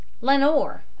Lenore